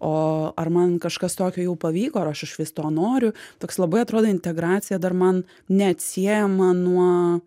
o ar man kažkas tokio jau pavyko ir aš išvis to noriu toks labai atrodo integracija dar man neatsiejama nuo